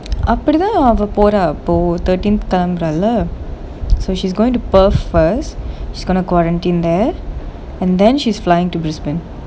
அப்டி தான் அவ போற போ:apdi thaan ava pora po thirteenth கிளம்புறாலே:kilamburaalae so she's going to perth first she's going to quarantine there and then she's flying to brisbane